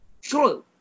Sure